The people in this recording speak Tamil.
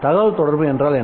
தகவல்தொடர்பு என்றால் என்ன